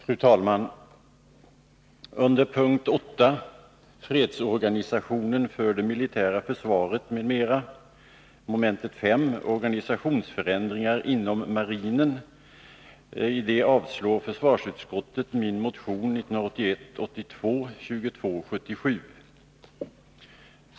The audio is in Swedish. Fru talman! Under punkt 8, Fredsorganisationen för det militära försvaret m.m., mom. 5, beträffande organisationsförändringar inom marinen, avstyrker försvarsutskottet min motion 1981/82:2277.